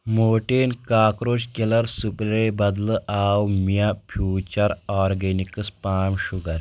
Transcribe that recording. Mortein cockroach killer spray بدلہٕ آو مےٚ فیوٗچر آرگینِکس پام شُگر